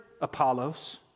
Apollos